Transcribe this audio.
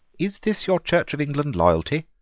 is this your church of england loyalty?